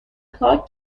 پاک